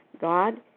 God